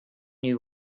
you